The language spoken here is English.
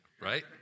right